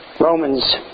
Romans